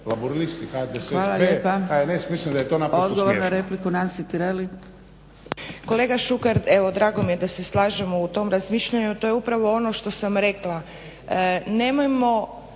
Hvala lijepa. Odgovor na repliku Nansi Tireli.